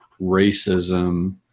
racism